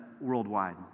worldwide